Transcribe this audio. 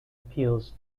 appeals